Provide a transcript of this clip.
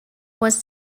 was